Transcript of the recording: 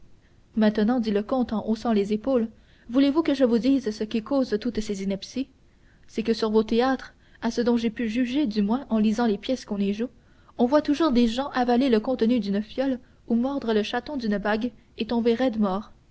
maintenant dit le comte en haussant les épaules voulez-vous que je vous dise ce qui cause toutes ces inepties c'est que sur vos théâtres à ce dont j'ai pu juger du moins en lisant les pièces qu'on y joue on voit toujours des gens avaler le contenu d'une fiole ou mordre le chaton d'une bague et tomber raides morts